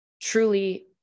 truly